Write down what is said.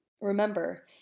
Remember